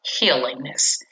Healingness